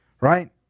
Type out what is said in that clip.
right